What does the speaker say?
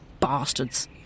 Bastards